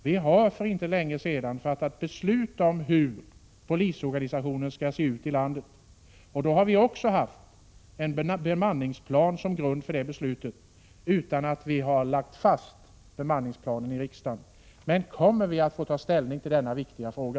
Vi har för inte länge sedan fattat beslut om hur polisorganisationen skall se ut i landet. Då har vi också haft en bemanningsplan som grund för detta beslut utan att vi har lagt fast bemanningsplanen i riksdagen. Men kommer vi att få ta ställning till denna viktiga fråga?